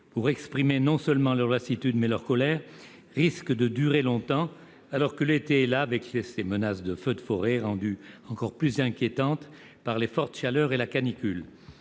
pour exprimer non seulement leur lassitude, mais aussi leur colère risque de durer, alors que l'été est là, avec ses menaces de feux de forêt, rendues encore plus inquiétantes par les fortes chaleurs et la canicule.